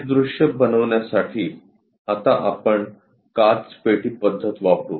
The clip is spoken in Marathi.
हे दृश्य बनवण्यासाठी आता आपण काचपेटी पद्धत वापरू